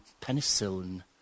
penicillin